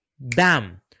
bam